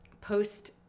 post